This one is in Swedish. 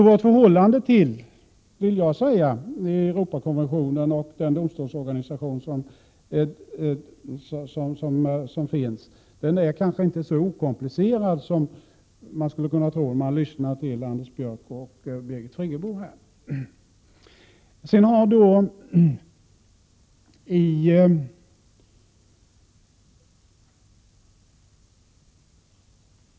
Vårt förhållande till Europakonventionen och den domstolsorganisation som finns är kanske, vill jag säga, inte så okomplicerat som man skulle kunna tro om man lyssnar till Anders Björck och Birgit Friggebo.